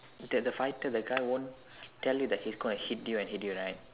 that the fight the guy won't tell you that he's going hit you and hit you right